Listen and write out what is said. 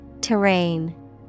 Terrain